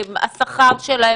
השכר שלהם,